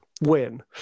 Win